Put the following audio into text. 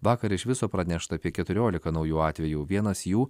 vakar iš viso pranešta apie keturiolika naujų atvejų vienas jų